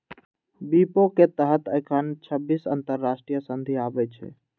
विपो के तहत एखन छब्बीस अंतरराष्ट्रीय संधि आबै छै